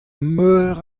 meur